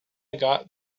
got